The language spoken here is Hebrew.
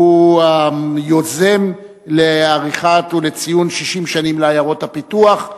שהוא היוזם לעריכת הדיון ולציון 60 שנים לעיירות הפיתוח.